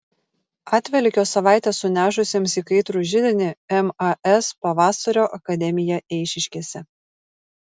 atvelykio savaitę sunešusiems į kaitrų židinį mas pavasario akademiją eišiškėse